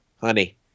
honey